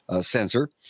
sensor